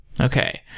Okay